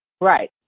Right